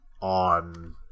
on